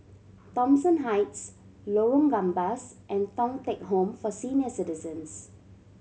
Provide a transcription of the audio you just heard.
Thomson Heights Lorong Gambas and Thong Teck Home for Senior Citizens